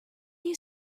you